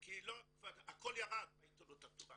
כי הכל ירד בעיתונות הכתובה.